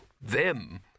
them